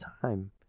time